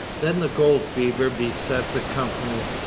then the gold fever beset the company.